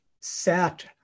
sat